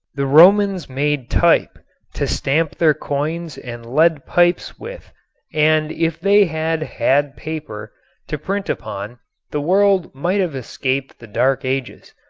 the romans made type to stamp their coins and lead pipes with and if they had had paper to print upon the world might have escaped the dark ages.